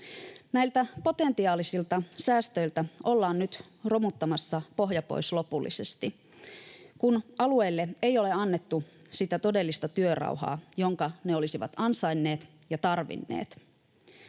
Näiltä potentiaalisilta säästöiltä ollaan nyt romuttamassa pohja pois lopullisesti, kun alueille ei ole annettu sitä todellista työrauhaa, jonka ne olisivat ansainneet ja tarvinneet.